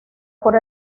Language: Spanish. por